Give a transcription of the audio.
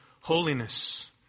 holiness